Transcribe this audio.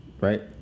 right